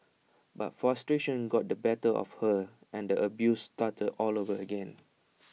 but frustration got the better of her and the abuse started all over again